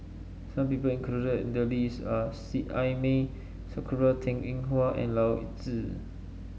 some people included in the list are Seet Ai Mee Sakura Teng Ying Hua and Zi